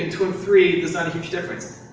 two and three, there's not a huge difference.